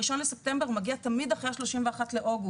האחד בספטמבר מגיע תמיד אחרי ה-31 באוגוסט.